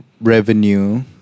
Revenue